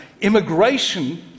immigration